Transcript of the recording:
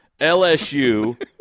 LSU